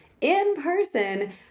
in-person